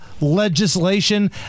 legislation